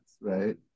right